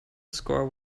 score